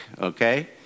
Okay